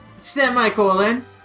semicolon